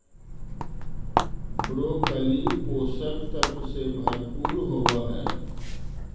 broccoli पोषक तत्व से भरपूर होवऽ हइ